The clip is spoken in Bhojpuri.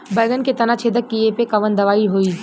बैगन के तना छेदक कियेपे कवन दवाई होई?